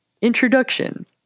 Introduction